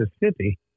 Mississippi